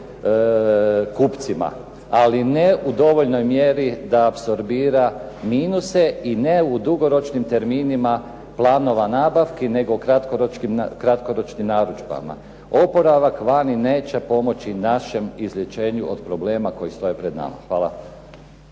kupcima, ali ne u dovoljnoj mjeri da apsorbira minuse i ne u dugoročnim terminima planova nabavki nego kratkoročnim narudžbama. Oporavak vani neće pomoći našem izlječenju od problema koji stoje pred nama. Hvala.